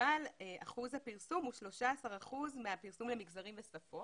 אבל אחוז הפרסום הוא 13% מהפרסום המגזרי בשפות